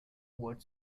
word